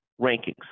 rankings